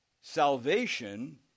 Salvation